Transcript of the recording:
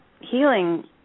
healing